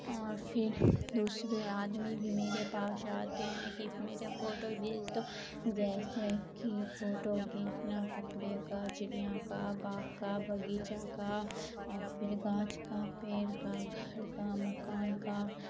اور پھر دوسرے آدمی بھی میرے پاس آتے ہیں کہ میرا فوٹو کھینچ دو جیسے کہ فوٹو کھینچنا کپڑے کا چڑیا کا باغ کا باغیچہ کا اور پھر گھاس کا پیڑ کا گھر کا مکان کا